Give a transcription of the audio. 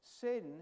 Sin